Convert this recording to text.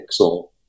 pixel